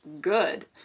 good